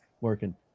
working